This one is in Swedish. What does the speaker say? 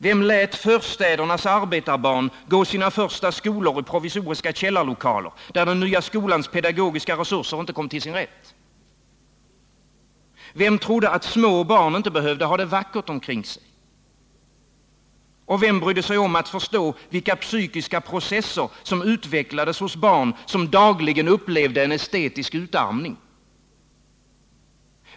Vem lät förstädernas arbetarbarn gå sina första skolår i provisoriska källarlokaler där den nya skolans pedagogiska resurser inte kom till sin rätt? Vem trodde att små barn inte behövde ha det vackert omkring sig? Och vem brydde sig om att förstå vilka psykiska processer som utvecklades hos barn som dagligen upplevde en estetisk utarmning?